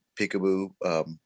peekaboo